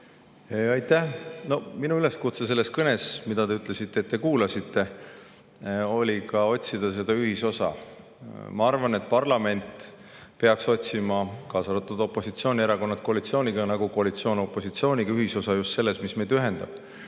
Aitäh! Minu üleskutse selles kõnes, mille kohta te ütlesite, et te seda kuulasite, oli otsida ühisosa. Ma arvan, et parlament peaks otsima – kaasa arvatud opositsioonierakonnad koalitsiooniga, nagu ka koalitsioon opositsiooniga – ühisosa just selles, mis meid ühendab.